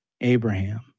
Abraham